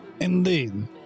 Indeed